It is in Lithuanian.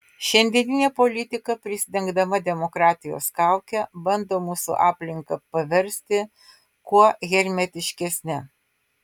šiandieninė politika prisidengdama demokratijos kauke bando mūsų aplinką paversti kuo hermetiškesne